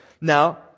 Now